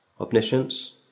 omniscience